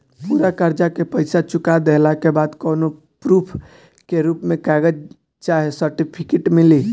पूरा कर्जा के पईसा चुका देहला के बाद कौनो प्रूफ के रूप में कागज चाहे सर्टिफिकेट मिली?